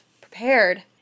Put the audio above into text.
prepared